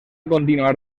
continuar